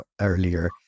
earlier